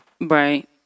right